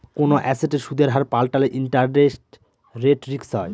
কোনো এসেটের সুদের হার পাল্টালে ইন্টারেস্ট রেট রিস্ক হয়